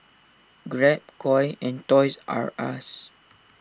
Grab Koi and Toys R Us